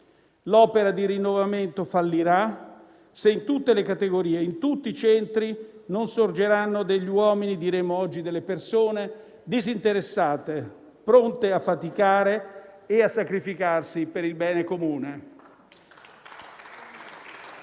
L'opera di rinnovamento fallirà se in tutte le categorie e in tutti i centri non sorgeranno degli uomini» - diremmo oggi delle persone - «disinteressati, pronti a faticare e sacrificarsi per il bene comune».